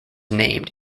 named